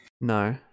No